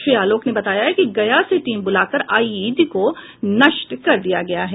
श्री आलोक ने बताया कि गया से टीम बुलाकर आईईडी को नष्ट कर दिया गया है